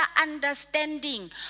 understanding